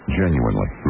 genuinely